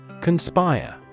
Conspire